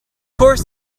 course